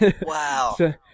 Wow